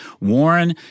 Warren